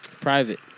Private